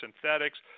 synthetics